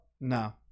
No